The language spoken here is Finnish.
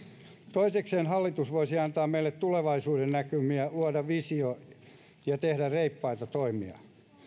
toisekseen hallitus voisi antaa meille tulevaisuudennäkymiä luoda vision ja tehdä reippaita toimia